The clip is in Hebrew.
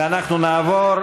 ואנחנו נעבור,